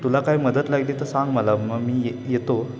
तुला काय मदत लागली तर सांग मला मग मी येतो